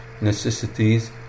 necessities